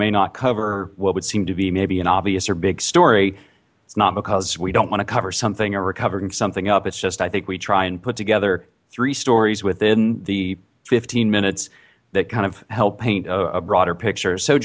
may not cover what would seem to be maybe an obvious or big story it's not because we don't want cover something or we're covering something up it's just i think we try and put together three stories within the fifteen minutes that kind of help paint a broader picture so